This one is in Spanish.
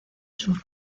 sur